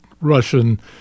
Russian